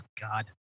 god